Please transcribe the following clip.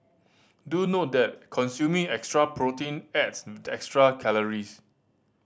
do note that consuming extra protein adds extra calories